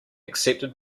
accepted